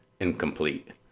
incomplete